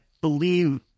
believe